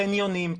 חניונים,